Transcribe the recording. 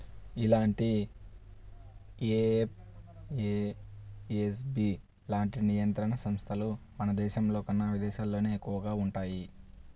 ఇలాంటి ఎఫ్ఏఎస్బి లాంటి నియంత్రణ సంస్థలు మన దేశంలోకన్నా విదేశాల్లోనే ఎక్కువగా వుంటయ్యి